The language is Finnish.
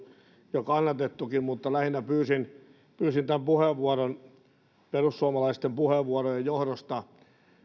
jo kannatettukin mutta lähinnä pyysin pyysin tämän puheenvuoron perussuomalaisten puheenvuorojen johdosta